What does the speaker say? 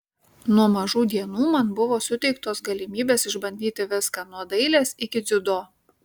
nuo mažų dienų man buvo suteiktos galimybės išbandyti viską nuo dailės iki dziudo